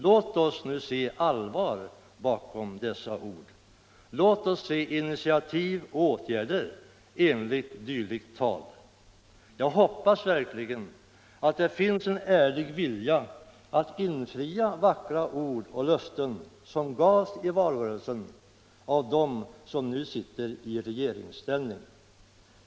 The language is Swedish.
Låt oss nu se allvar bakom dessa ord. Låt oss se initiativ och åtgärder enligt dytikt tal. Jag hoppas verkligen att det finns en ärlig vilja att infria de vackra ord som sagts och de löften som gavs i valrörelsen av dem som nu sitter i regeringsställning.